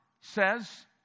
says